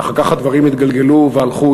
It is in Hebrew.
ואחר כך הדברים התגלגלו והלכו,